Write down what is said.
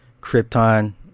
Krypton